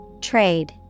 Trade